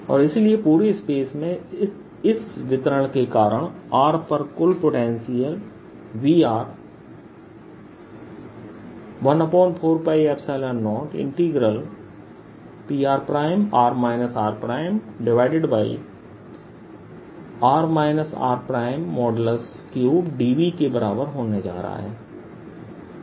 और इसलिए पूरे स्पेस में इस वितरण के कारण r पर कुल potential Vr 14π0Prr rr r3dV के बराबर होने जा रहा है